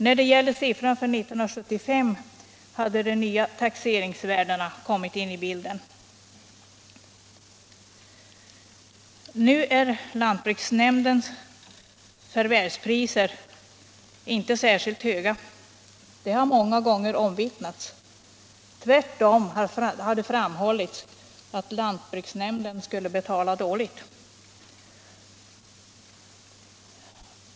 När det gäller siffran för 1975 hade de nya taxeringsvärdena kommit in i bilden. Nu är lantbruksnämndernas förvärvspriser inte särskilt höga, det har många gånger omvittnats. Tvärtom har det framhållits att lantbruksnämnderna skulle betala dåligt.